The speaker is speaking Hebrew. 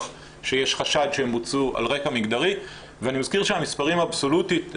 שיש חשד שהם בוצעו על רקע מגדרי ואני מזכיר שהמספרים אבסולוטיים.